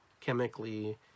chemically